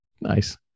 Nice